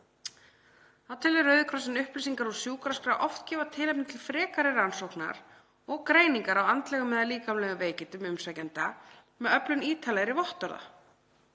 Þá telur Rauði krossinn upplýsingar úr sjúkraskrá oft gefa tilefni til frekari rannsóknar og greiningar á andlegum eða líkamlegum veikindum umsækjenda með öflun ítarlegri vottorða.